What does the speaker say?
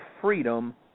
freedom